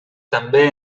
també